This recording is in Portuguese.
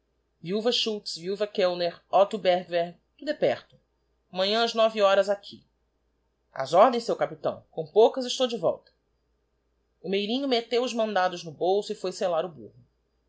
viuva schultz viuva koelner otto bergweg tudo é perto para amanhã ás nove horas aqui as ordens seu capitão com poucas estou de voita o meirinho metteu oó mandados no bolso e foi sellar o burro